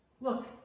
Look